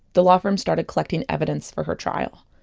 the law firm started collecting evidence for her trial.